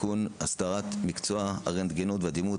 (תיקון הסדרת מקצוע הרנטגנאות והדימות),